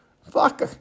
Fuck